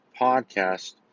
podcast